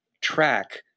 track